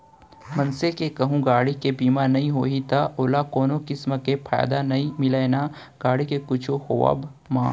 मनसे के कहूँ गाड़ी के बीमा नइ होही त ओला कोनो किसम के फायदा नइ मिलय ना गाड़ी के कुछु होवब म